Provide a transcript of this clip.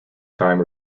time